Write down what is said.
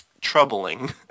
troubling